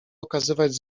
okazywać